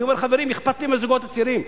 אני אומר: חברים, אכפת לי מהזוגות הצעירים.